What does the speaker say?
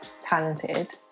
talented